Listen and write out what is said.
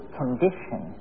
condition